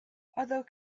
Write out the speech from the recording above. although